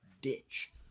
ditch